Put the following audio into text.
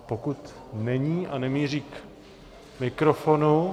A pokud není a nemíří k mikrofonu...